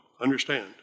understand